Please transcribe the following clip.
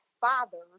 fathers